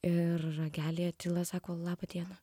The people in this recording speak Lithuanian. ir ragelyje tyla sako laba diena